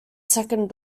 second